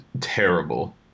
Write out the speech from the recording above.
terrible